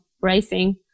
racing